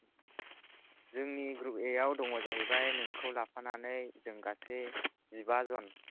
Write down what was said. जोंनि ग्रुप ए आव दङ जाहैबाय नोंखौ लाफानानै जों गासै जिबा जन